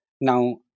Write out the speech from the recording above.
Now